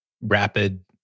rapid